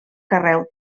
carreu